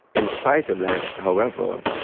in spite of that, however,